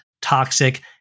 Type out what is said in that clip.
toxic